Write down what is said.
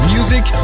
Music